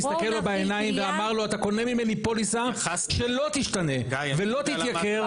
הסתכל לו בעיניים ואמר לו אתה קונה ממני פוליסה שלא תשתנה ולא תתייקר.